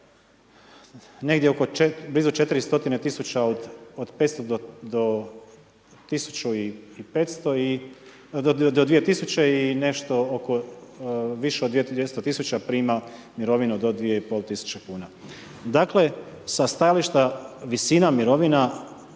negdje blizu 400 000 od 500 do 2000 i nešto oko više od 200 000 prima mirovinu do 2500 kuna. Dakle, sa stajališta visina mirovina,